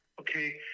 Okay